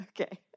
okay